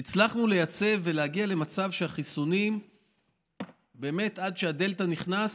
והצלחנו לייצב ולהגיע למצב, עד שהדלתא נכנס,